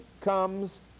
comes